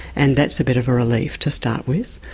and that's a bit of a relief to start with.